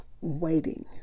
Waiting